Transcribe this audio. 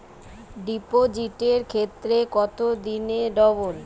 ডিপোজিটের ক্ষেত্রে কত দিনে ডবল?